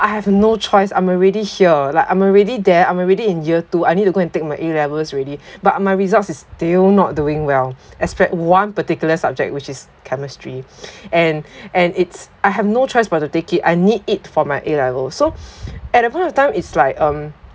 I have no choice I'm already here like I'm already there I'm already in year two I need to go and take my A levels already but my results is still not doing well except one particular subject which is chemistry and and it's I have no choice but to take it I need it for my A levels so at that point of time it's like um